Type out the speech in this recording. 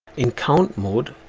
in count mode,